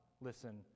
listen